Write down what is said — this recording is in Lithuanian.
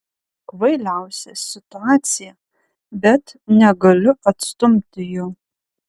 kvailiausia situacija bet negaliu atstumti jo